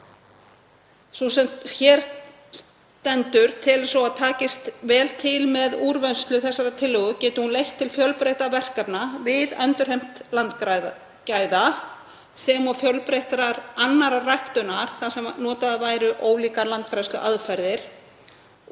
Sú sem hér stendur telur að takist vel til með úrvinnslu þessarar tillögu geti hún leitt til fjölbreyttra verkefna við endurheimt landgæða sem og fjölbreyttrar annarrar ræktunar þar sem notaðar væru ólíkar landgræðsluaðferðir